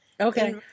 Okay